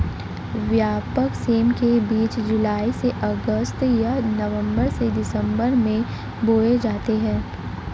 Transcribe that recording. व्यापक सेम के बीज जुलाई से अगस्त या नवंबर से दिसंबर में बोए जाते हैं